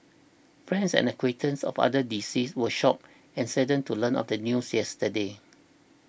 friends and acquaintances of other deceased were shocked and saddened to learn of the news yesterday